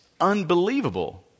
unbelievable